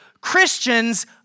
Christians